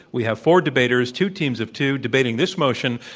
we have four debaters, two teams of two debating this motion,